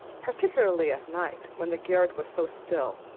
particularly at night, when the garret was so still,